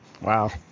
Wow